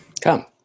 Come